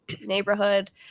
neighborhood